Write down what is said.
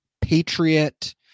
Patriot